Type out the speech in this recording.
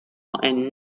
and